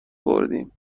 بردیم